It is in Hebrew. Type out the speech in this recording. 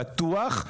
בטוח,